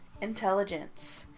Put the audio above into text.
intelligence